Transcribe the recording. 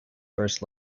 first